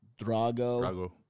Drago